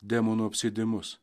demonų apsėdimus